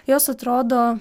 jos atrodo